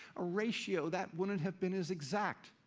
a ratio that wouldn't have been as exact!